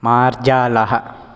मार्जालः